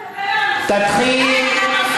תתחיל.